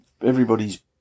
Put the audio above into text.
everybody's